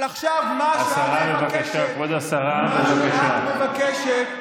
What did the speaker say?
מה עשיתם עם אוכלוסיות מוחלשות?